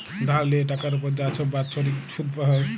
ধার লিয়ে টাকার উপর যা ছব বাচ্ছরিক ছুধ হ্যয়